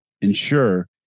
ensure